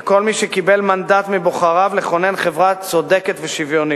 כל מי שקיבל מנדט מבוחריו לכונן חברה צודקת ושוויונית,